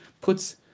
puts